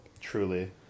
Truly